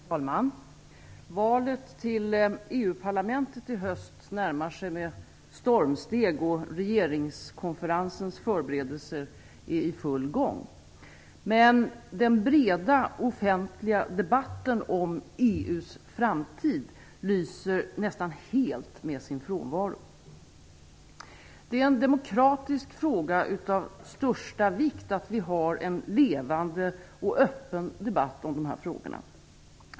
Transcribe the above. Herr talman! Valet till EU-parlamentet i höst närmar sig med stormsteg och regeringskonferensens förberedelser är i full gång. Men den breda offentliga debatten om EU:s framtid lyser nästan helt med sin frånvaro. Det är en demokratisk fråga av största vikt att vi har en levande och öppen debatt om dessa frågor.